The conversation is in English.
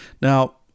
Now